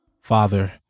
father